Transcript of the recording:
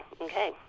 Okay